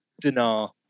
Dinar